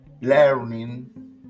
learning